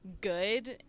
good